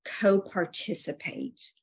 co-participate